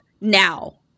now